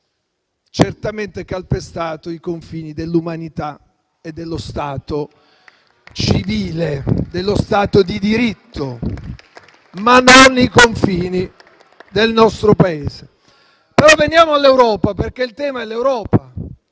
certamente calpestato i confini dell'umanità, dello Stato civile e dello Stato di diritto, ma non i confini del nostro Paese. Veniamo all'Europa, perché il tema è l'Europa.